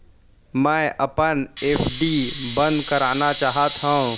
मै अपन एफ.डी बंद करना चाहात हव